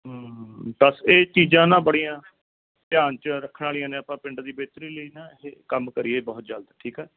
ਬਸ ਇਹ ਚੀਜ਼ਾਂ ਨਾ ਬੜੀਆਂ ਧਿਆਨ 'ਚ ਰੱਖਣ ਵਾਲੀਆਂ ਨੇ ਆਪਾਂ ਪਿੰਡ ਦੀ ਬਿਹਤਰੀ ਲਈ ਨਾ ਇਹ ਕੰਮ ਕਰੀਏ ਬਹੁਤ ਜਲਦ ਠੀਕ ਆ